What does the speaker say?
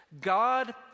God